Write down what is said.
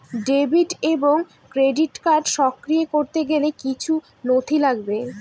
Debit এবং credit card সক্রিয় করতে গেলে কিছু নথি লাগবে?